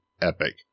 epic